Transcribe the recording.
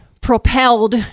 propelled